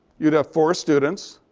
you'd have four students.